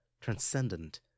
transcendent